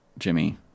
Jimmy